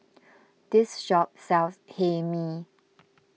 this shop sells Hae Mee